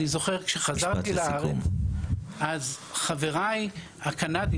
אני זוכר כשחזרתי לארץ אז חבריי הקנדים,